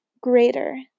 greater